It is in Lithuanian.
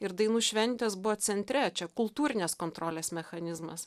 ir dainų šventės buvo centre čia kultūrinės kontrolės mechanizmas